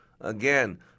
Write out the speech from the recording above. Again